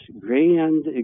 grand